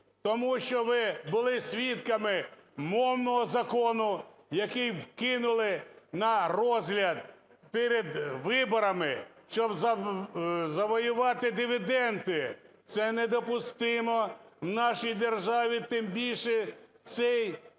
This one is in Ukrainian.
тому що ви були свідками мовного закону, який вкинули на розгляд перед виборами, щоб завоювати дивіденди. Це недопустимо в нашій державі, тим більше в цей час,